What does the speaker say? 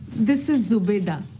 this is zubeida.